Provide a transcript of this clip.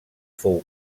fou